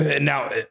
Now